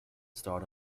starred